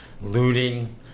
looting